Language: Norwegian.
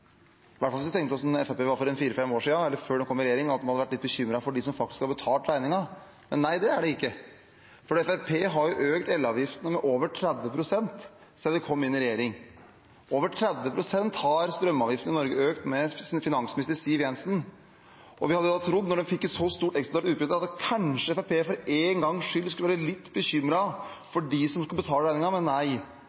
hvert fall hvis vi tenker på hvordan Fremskrittspartiet var for en fire–fem år siden, eller før de kom i regjering – at de ville vært litt bekymret for dem som faktisk har betalt regningen. Men nei, det er de ikke, for Fremskrittspartiet har jo økt elavgiftene med over 30 pst. siden de kom inn i regjering. Over 30 pst. har strømavgiftene i Norge økt med finansminister Siv Jensen. Vi hadde trodd, når de fikk et så stort ekstraordinært utbytte, at kanskje Fremskrittspartiet for en gang skyld skulle være litt